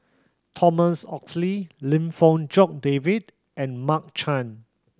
Thomas Oxley Lim Fong Jock David and Mark Chan